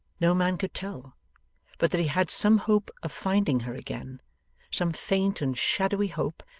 no man could tell but that he had some hope of finding her again some faint and shadowy hope,